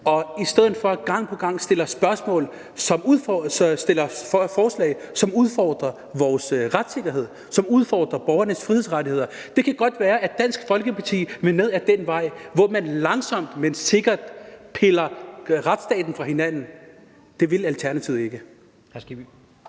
i stedet for gang på gang stiller forslag, som udfordrer vores retssikkerhed, som udfordrer borgernes frihedsrettigheder. Det kan godt være, at Dansk Folkeparti vil ned ad den vej, hvor man langsomt, men sikkert piller retsstaten fra hinanden. Det vil Alternativet ikke.